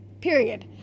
Period